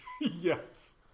Yes